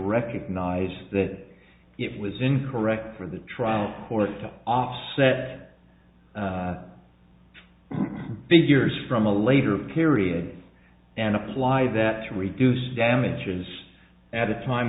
recognize that it was incorrect for the trial court to offset figures from a later period and apply that to reduce damages at a time